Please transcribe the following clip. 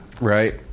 right